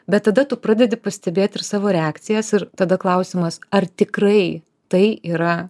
bet tada tu pradedi pastebėt ir savo reakcijas ir tada klausimas ar tikrai tai yra